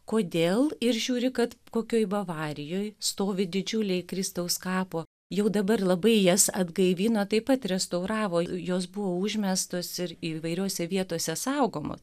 kodėl ir žiūri kad kokioj bavarijoj stovi didžiuliai kristaus kapo jau dabar labai jas atgaivino taip pat restauravo jos buvo užmestos ir įvairiose vietose saugomos